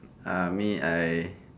uh me I um